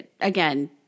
again